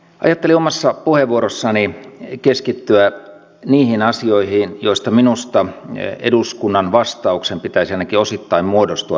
ajattelin omassa puheenvuorossani keskittyä niihin asioihin joista minusta eduskunnan vastauksen tähän hallituksen selontekoon pitäisi ainakin osittain muodostua